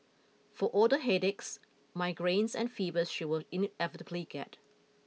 for all the headaches migraines and fevers she will inevitably get